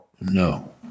No